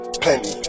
plenty